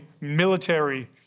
military